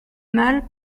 mal